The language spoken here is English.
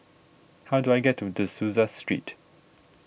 how do I get to De Souza Street